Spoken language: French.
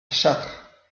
châtre